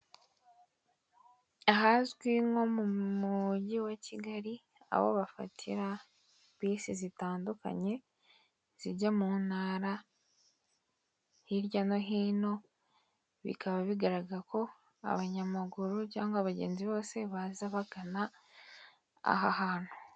Ahazwi nko mu mujyi wa Kigali aho bafatira bisi zitandukanye zijya mu ntara hirya no hino, bikaba bigaragara ko abanyamaguru cyangwa abagenzi bose baza bagana aha hantu.